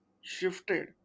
shifted